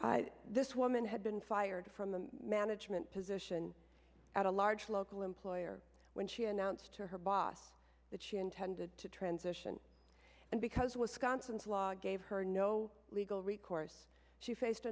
me this woman had been fired from a management position at a large local employer when she announced to her boss that she intended to transition and because wisconsin's law gave her no legal recourse she faced